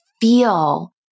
feel